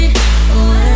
away